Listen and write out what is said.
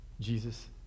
Jesus